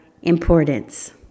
Importance